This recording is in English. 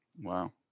wow